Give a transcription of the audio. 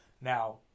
Now